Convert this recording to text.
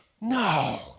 no